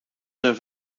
zijn